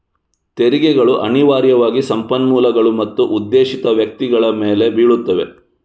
ತೆರಿಗೆಗಳು ಅನಿವಾರ್ಯವಾಗಿ ಸಂಪನ್ಮೂಲಗಳು ಮತ್ತು ಉದ್ದೇಶಿತ ವ್ಯಕ್ತಿಗಳ ಮೇಲೆ ಬೀಳುತ್ತವೆ